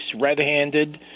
red-handed